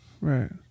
Right